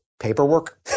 paperwork